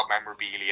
memorabilia